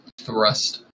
thrust